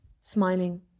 smiling